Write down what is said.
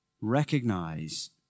recognize